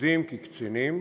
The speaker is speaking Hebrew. כמפקדים וכקצינים,